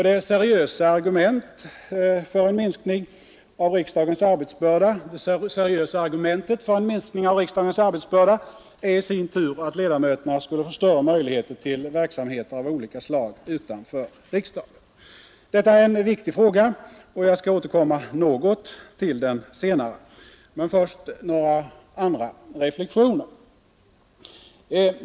Det seriösa argumentet för en minskning av riksdagens arbetsbörda är i sin tur att ledamöterna skulle få bättre möjligheter till verksamheter av olika slag utanför riksdagen. Detta är en viktig fråga, och jag skall återkomma något till den senare. Men först några andra reflexioner.